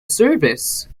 service